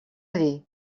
dir